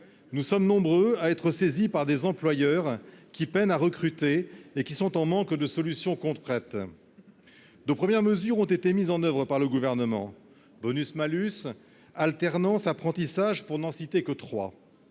nous sommes nombreux à être saisie par des employeurs qui peinent à recruter et qui sont en manque de solutions concrètes de premières mesures ont été mises en oeuvre par le gouvernement bonus-malus alternance, apprentissage, pour n'en citer que trois